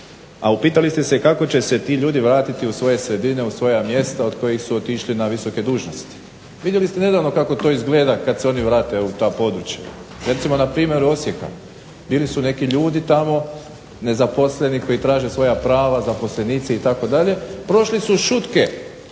a upitali ste se kako će se ti ljudi vratiti u svoje sredine, u svoja mjesta od kojih su otišli na visoke dužnosti. Vidjeli ste nedavno kako to izgleda kad se oni vrate u ta područja. Recimo na primjer Osijeka, bili su neki ljudi tamo, nezaposleni koji traže svoja prava, zaposlenici itd. prošli su šutke